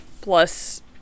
plus